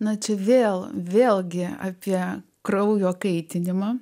na čia vėl vėlgi apie kraujo kaitinimą